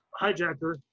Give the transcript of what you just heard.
hijacker